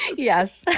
yes.